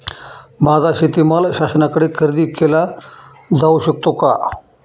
माझा शेतीमाल शासनाकडे खरेदी केला जाऊ शकतो का?